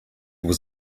was